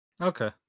Okay